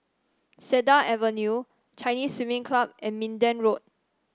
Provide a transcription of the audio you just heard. Cedar Avenue Chinese Swimming Club and Minden Road